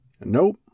Nope